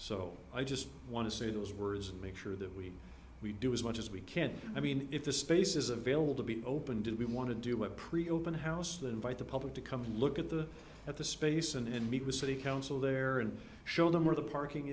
so i just want to say those words and make sure that we we do as much as we can i mean if the space is available to be open do we want to do it pretty open house than by the public to come and look at the at the space and meet with city council there and show them where the parking